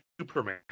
superman